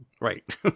right